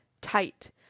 tight